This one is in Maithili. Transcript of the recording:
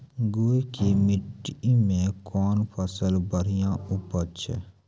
गुड़ की मिट्टी मैं कौन फसल बढ़िया उपज छ?